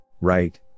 Right